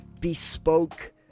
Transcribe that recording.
bespoke